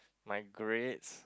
my grades